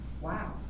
Wow